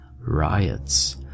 riots